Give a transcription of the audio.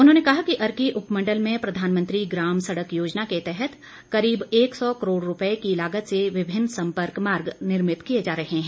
उन्होंने कहा कि अर्की उपमंडल में प्रधानमंत्री ग्राम सड़क योजना के तहत करीब सौ करोड़ रुपए की लागत से विभिन्न संपर्क मार्ग निर्मित किए जा रहे हैं